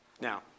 Now